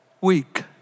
week